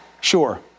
Sure